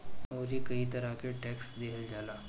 अउरी कई तरह के टेक्स देहल जाला